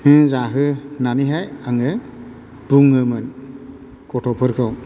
हो जाहो होननानैहाय आङो बुङोमोन गथ'फोरखौ